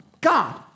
God